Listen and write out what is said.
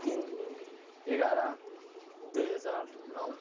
तिन एघार दुई हजार नौ